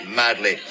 madly